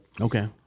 Okay